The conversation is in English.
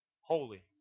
holy